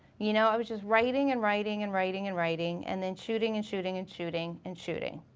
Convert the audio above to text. you know, i was just writing and writing and writing and writing. and then shooting and shooting and shooting and shooting.